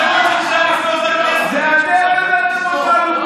אתם שהבאתם אותנו פה